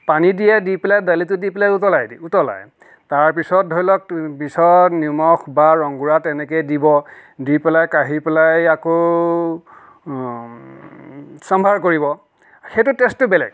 পানী দিয়ে দি পেলাই দালিটো দি পেলাই উতলায় দি উতলাই তাৰপিছত ধৰি লওক পিছত নিমখ বা ৰং গুড়া তেনেকৈয়ে দিব দি পেলাই কাঢ়ি পেলাই আকৌ চাম্ভাৰ কৰিব সেইটো টেষ্টটো বেলেগ